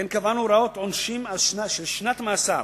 כן קבענו הוראות עונשין של שנת מאסר